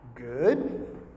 Good